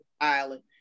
island